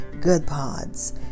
GoodPods